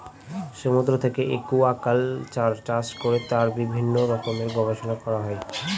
সমুদ্র থেকে একুয়াকালচার চাষ করে তার বিভিন্ন রকমের গবেষণা করা হয়